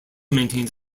maintains